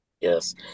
Yes